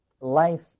life